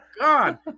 God